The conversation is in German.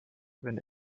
wenn